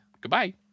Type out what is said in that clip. Goodbye